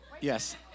yes